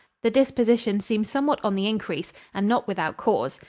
the disposition seems somewhat on the increase, and not without cause.